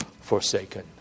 forsaken